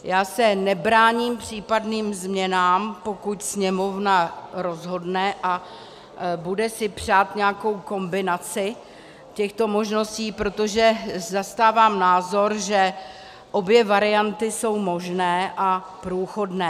Já se nebráním případným změnám, pokud Sněmovna rozhodne a bude si přát nějakou kombinaci těchto možností, protože zastávám názor, že obě varianty jsou možné a průchodné.